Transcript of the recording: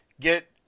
get